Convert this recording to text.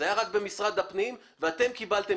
זה היה רק במשרד הפנים ואתם קיבלתם